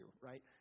right